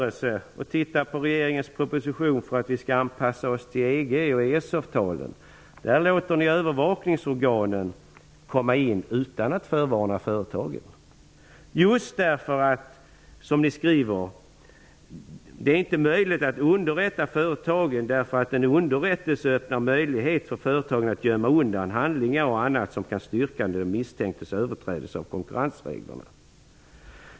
EG och ESS-avtalen låter ni däremot övervakningsorganen komma in utan att förvarna företagen just för att som ni skriver: Det är inte möjligt att underrätta företagen, därför att en underrättelse öppnar möjligheten för företagen att gömma undan handlingar och annat som kan styrka den misstänktes överträdelse av konkurrensreglerna.